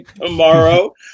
tomorrow